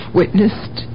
witnessed